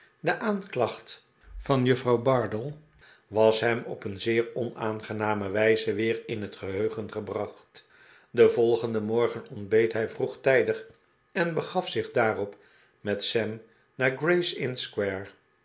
de aanklacht van juffrouw bardell was hem op een zeer onaangename wijze weer in het geheugen gebracht den volgenden morgen ontbeet hij vroegtijdig en begaf zich daarop met sam naar